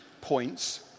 points